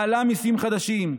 מעלה מיסים חדשים,